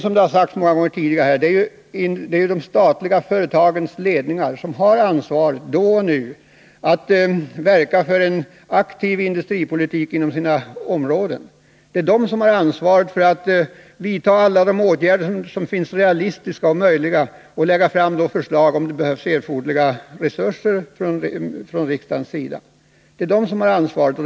Som det har sagts många gånger tidigare, är det de statliga företagens ledningar som har ansvaret att verka för en aktiv industripolitik inom sina områden. De har ansvaret för att vidta alla de åtgärder som befinns realistiska och om så erfordras lägga fram förslag om tilldelning av resurser.